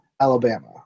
Alabama